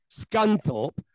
Scunthorpe